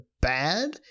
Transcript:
bad